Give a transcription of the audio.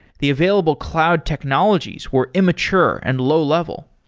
the available cloud technologies were immature and low-level.